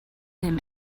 him